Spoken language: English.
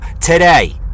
today